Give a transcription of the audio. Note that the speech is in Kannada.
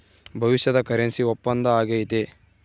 ಭವಿಷ್ಯದ ಕರೆನ್ಸಿ ಒಪ್ಪಂದ ಆಗೈತೆ